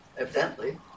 evidently